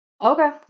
Okay